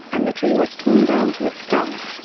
and the tree was torn down to its stump.